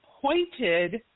pointed